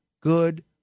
good